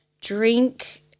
Drink